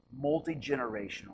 multi-generational